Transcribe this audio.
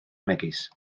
megis